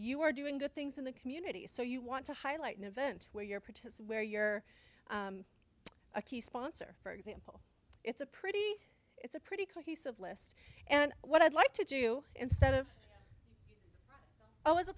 you are doing good things in the community so you want to highlight an event where your protest where you're a key sponsor for example it's a pretty it's a pretty cohesive list and what i'd like to do instead of oh